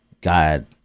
God